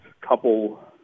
couple